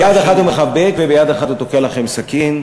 ביד אחת הוא מחבק וביד אחת הוא תוקע לכם סכין,